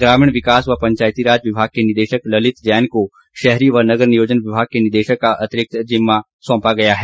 ग्रामीण विकास व पंचायती राज विभाग के निदेशक ललित जैन को शहरी व नगर नियोजन विभाग के निदेशक का अतिरिक्त कार्यभार सौंपा गया है